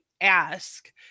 ask